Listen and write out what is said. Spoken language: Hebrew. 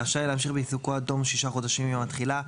רשאי להמשיך בעיסוקו עד תום שישה חודשים מיום התחילה,